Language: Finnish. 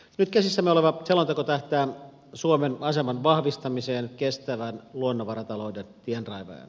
nyt käsissämme oleva selonteko tähtää suomen aseman vahvistamiseen kestävän luonnonvaratalouden tienraivaajana